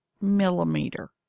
millimeter